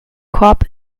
korb